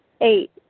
Eight